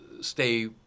stay